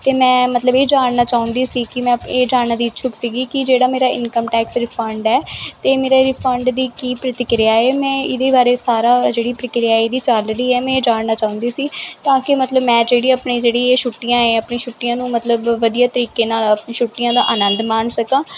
ਅਤੇ ਮੈਂ ਮਤਲਬ ਇਹ ਜਾਣਨਾ ਚਾਹੁੰਦੀ ਸੀ ਕਿ ਮੈਂ ਇਹ ਜਾਨਣ ਦੀ ਇਛੁੱਕ ਸੀਗੀ ਕਿ ਜਿਹੜਾ ਮੇਰਾ ਇਨਕਮ ਟੈਕਸ ਰਿਫੰਡ ਹੈ ਅਤੇ ਮੇਰੇ ਰਿਫੰਡ ਦੀ ਕੀ ਪ੍ਰਤੀਕਿਰਿਆ ਏ ਮੈਂ ਇਹਦੇ ਬਾਰੇ ਸਾਰਾ ਜਿਹੜੀ ਪ੍ਰਕਿਰਿਆ ਇਹਦੀ ਚੱਲ ਰਹੀ ਹੈ ਮੈਂ ਜਾਣਨਾ ਚਾਹੁੰਦੀ ਸੀ ਤਾਂ ਕਿ ਮਤਲਬ ਮੈਂ ਜਿਹੜੀ ਆਪਣੀ ਜਿਹੜੀ ਛੁੱਟੀਆਂ ਹੈ ਆਪਣੀ ਛੁੱਟੀਆਂ ਨੂੰ ਮਤਲਬ ਵਧੀਆ ਤਰੀਕੇ ਨਾਲ ਛੁੱਟੀਆਂ ਦਾ ਆਨੰਦ ਮਾਣ ਸਕਾਂ